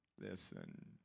Listen